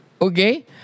Okay